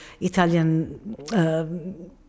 Italian